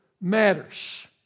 matters